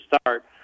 start